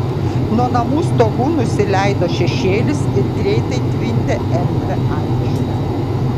nuo namų stogų nusileido šešėlis ir greitai tvindė erdvią aikštę